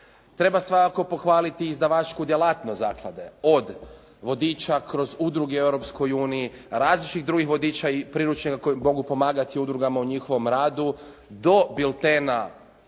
Treba svakako pohvaliti izdavačku djelatnost zaklade od vodiča kroz udruge u Europskoj uniji, različitih drugih vodiča i priručnika koji mogu pomagati udrugama u njihovom radu do biltena